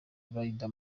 rider